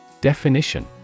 Definition